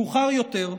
מאוחר יותר,